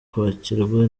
kwakirwa